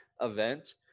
event